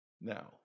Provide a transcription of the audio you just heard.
now